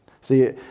See